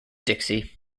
dixie